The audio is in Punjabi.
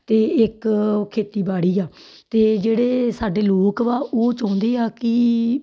ਅਤੇ ਇੱਕ ਖੇਤੀਬਾੜੀ ਆ ਅਤੇ ਜਿਹੜੇ ਸਾਡੇ ਲੋਕ ਵਾ ਉਹ ਚਾਹੁੰਦੇ ਆ ਕਿ